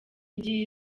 igihe